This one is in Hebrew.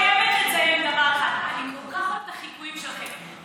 אני חייבת לציין דבר אחד: אני כל כך אוהבת את החיקויים שלכם.